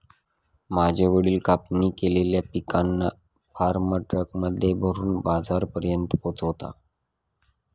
माझे वडील कापणी केलेल्या पिकांना फार्म ट्रक मध्ये भरून बाजारापर्यंत पोहोचवता